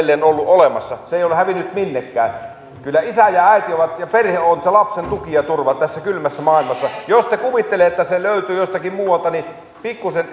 on edelleen ollut olemassa se ei ole hävinnyt minnekään kyllä isä ja äiti ja perhe ovat se lapsen tuki ja turva tässä kylmässä maailmassa jos te kuvittelette että se löytyy jostakin muualta niin pikkusen